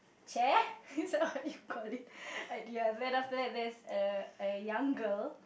chair is that what you call it and yeah then that there is a a young girl